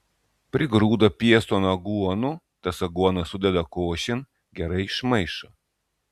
prigrūda pieston aguonų tas aguonas sudeda košėn gerai išmaišo